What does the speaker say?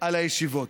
על הישיבות,